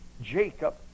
Jacob